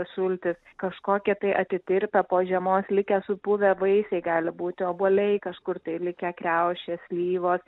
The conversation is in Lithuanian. sultis kažkokie tai atitirpę po žiemos likę supuvę vaisiai gali būti obuoliai kažkur tai likę kriaušės slyvos